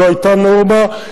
זו היתה נורמה.